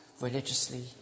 religiously